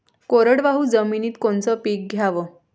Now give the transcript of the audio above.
कोरडवाहू जमिनीत कोनचं पीक घ्याव?